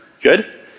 Good